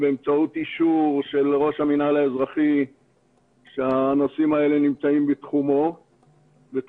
באמצעות אישור של ראש המינהל האזרחי שהנושאים האלה נמצאים בתחום סמכותו,